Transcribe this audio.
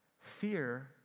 Fear